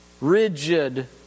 rigid